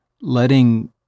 letting